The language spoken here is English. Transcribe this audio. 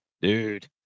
Dude